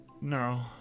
No